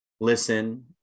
listen